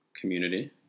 community